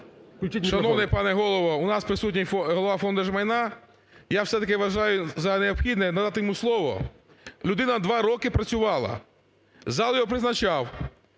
Шановний пане Голово! У нас присутній Голова Фонду держмайна. І я все-таки вважаю за необхідне надати йому слово. Людина два роки працювала. Зал його призначав.